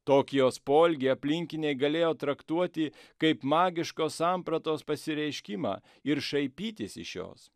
tokį jos poelgį aplinkiniai galėjo traktuoti kaip magiškos sampratos pasireiškimą ir šaipytis iš jos